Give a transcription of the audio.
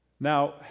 Now